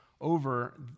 over